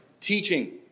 teaching